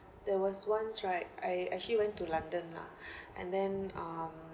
there was once right I actually went to london lah and then um